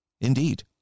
indeed